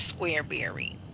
Squareberry